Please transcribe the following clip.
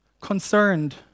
concerned